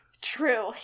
True